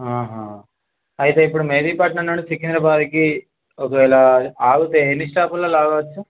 ఆహా అయితే ఇప్పుడు మెహదీపట్నం నుండి సికింద్రాబాద్కి ఒకవేళ ఆగుతే ఎన్ని స్టాపులలో ఆగవచ్చు